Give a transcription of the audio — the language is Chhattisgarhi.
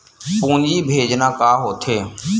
पूंजी भेजना का होथे?